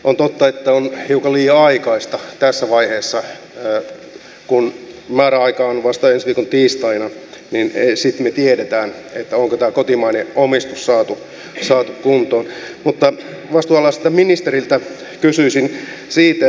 on totta että se on hiukan liian aikaista tässä vaiheessa kun määräaika on vasta ensi viikon tiistaina sitten me tiedämme onko tämä kotimainen omistus saatu kuntoon mutta vastuu omasta ministeriltä kysyisi siitä